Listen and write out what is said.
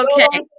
okay